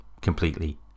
completely